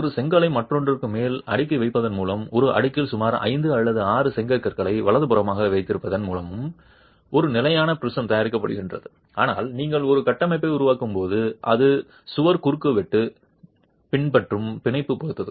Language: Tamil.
ஒரு செங்கலை மற்றொன்றுக்கு மேல் அடுக்கி வைப்பதன் மூலமும் ஒரு அடுக்கில் சுமார் 5 அல்லது ஆறு செங்கற்களை வலதுபுறமாக வைத்திருப்பதன் மூலமும் ஒரு நிலையான ப்ரிஸம் தயாரிக்கப்படுகிறது ஆனால் நீங்கள் ஒரு கட்டமைப்பை உருவாக்கும்போது அது சுவர் குறுக்குவெட்டுக்கு நீங்கள் பின்பற்றும் பிணைப்பைப் பொறுத்தது